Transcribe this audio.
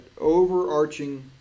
overarching